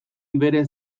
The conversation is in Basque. bere